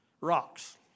rocks